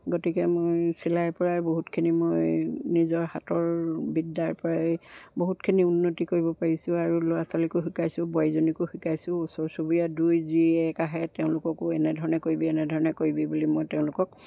গতিকে মই চিলাইৰ পৰাই বহুতখিনি মই নিজৰ হাতৰ বিদ্যাৰ পৰাই বহুতখিনি উন্নতি কৰিব পাৰিছোঁ আৰু ল'ৰা ছোৱালীকো শিকাইছোঁ বোৱাৰীজনীকো শিকাইছোঁ ওচৰ চুবুৰীয়া দুই যি এক আহে তেওঁলোককো এনেধৰণে কৰিবি এনেধৰণে কৰিবি বুলি মই তেওঁলোকক